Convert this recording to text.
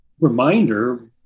reminder